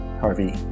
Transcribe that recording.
Harvey